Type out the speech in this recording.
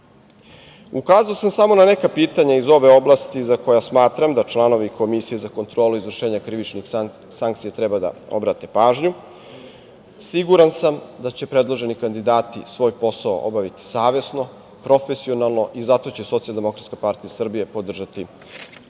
sam samo na neka pitanja iz ove oblasti, za koja smatram da članovi Komisije za kontrolu izvršenja krivičnih sankcija treba da obrate pažnju. Siguran sam da će predloženi kandidati svoj posao obaviti savesno, profesionalno i zato će SDPS podržati izbor članova